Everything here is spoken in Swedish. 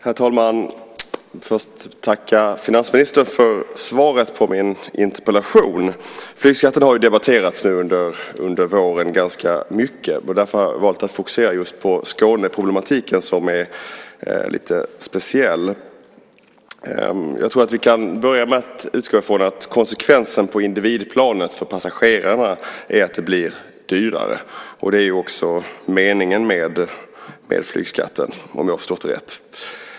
Herr talman! Först vill jag tacka finansministern för svaret på min interpellation. Flygskatten har debatterats mycket under våren, och därför har jag valt att fokusera på Skåneproblematiken, som är lite speciell. Vi kan börja med att utgå från att konsekvensen på individplanet för passagerarna är att det blir dyrare. Det är också meningen med flygskatten - om jag har förstått det rätt.